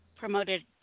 Promoted